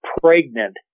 pregnant